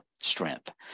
strength